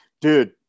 dude